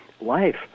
life